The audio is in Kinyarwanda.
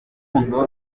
rutesha